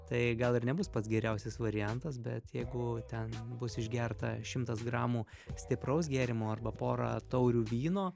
tai gal ir nebus pats geriausias variantas bet jeigu ten bus išgerta šimtas gramų stipraus gėrimo arba porą taurių vyno